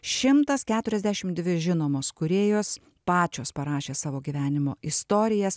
šimtas keturiasdešim dvi žinomos kūrėjos pačios parašė savo gyvenimo istorijas